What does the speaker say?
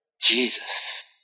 Jesus